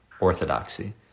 orthodoxy